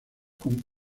con